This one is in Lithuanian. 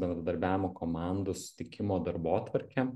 bendradarbiavimo komandų susitikimo darbotvarkę